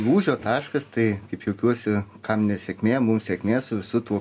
lūžio taškas tai kaip juokiuosi kam nesėkmė mum sėkmė su visu tuo